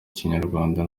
kinyarwanda